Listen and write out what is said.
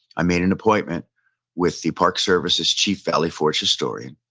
i made an appointment with the parks services chief valley forge historian.